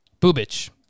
Bubich